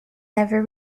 never